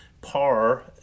par